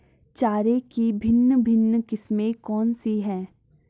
चारे की भिन्न भिन्न किस्में कौन सी हैं?